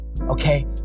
okay